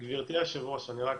גברתי היושבת-ראש, ברשותך,